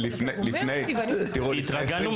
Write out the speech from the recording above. לפני 20 שנים